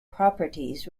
properties